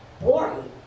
boring